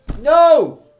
No